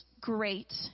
great